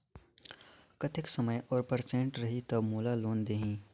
कतेक समय और परसेंट रही तब मोला लोन देही?